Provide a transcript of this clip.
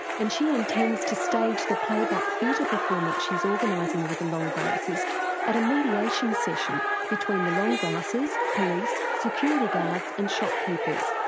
and she intends to stage the playback theatre performance she's organising with the long grassers at a mediation session between the long grassers, police, security guards and shopkeepers,